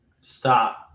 Stop